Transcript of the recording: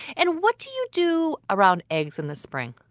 and what do you do around eggs in the spring?